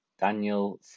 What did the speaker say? Daniel